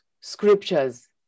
scriptures